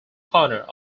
corner